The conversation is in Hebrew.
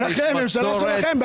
זאת ממשלה שלכם.